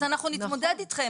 אז אנחנו נתמודד אתכם.